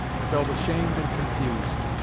i felt ashamed and confused.